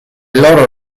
loro